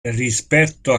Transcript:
rispetto